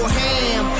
ham